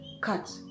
Cut